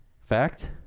Fact